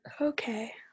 Okay